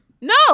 No